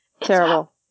Terrible